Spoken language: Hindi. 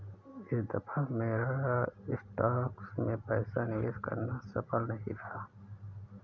इस दफा मेरा स्टॉक्स में पैसा निवेश करना सफल नहीं रहा